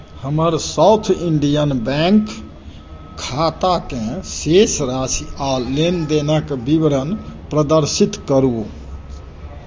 हमर South Indian Bank खाताके शेष राशि आ लेनदेनक विवरण प्रदर्शित करू